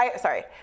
sorry